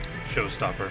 showstopper